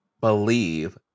believe